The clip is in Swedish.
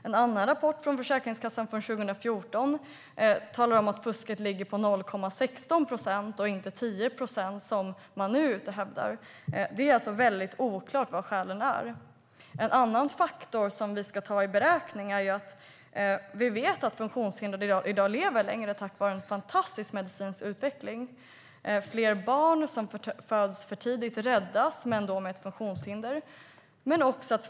En annan rapport från Försäkringskassan från 2014 talar om att fusket ligger på 0,16 procent och inte 10 procent som man nu hävdar. Det är alltså väldigt oklart vad skälen är. En annan faktor som vi ska ta i beaktande är att funktionshindrade i dag lever längre, tack vare en fantastisk medicinsk utveckling. Fler barn som föds för tidigt räddas, men då med funktionshinder.